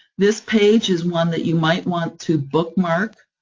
this page is one that you might want to bookmark,